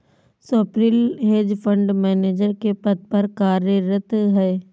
Swapnil hedge fund manager के पद पर कार्यरत है